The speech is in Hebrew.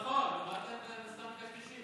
אבל זה לא נכון, מה אתם סתם מקשקשים?